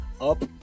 up